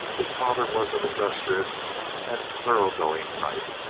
his father was of industrious and thorough-going type.